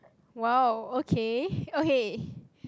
!wow! okay okay